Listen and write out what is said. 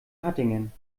hattingen